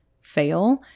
fail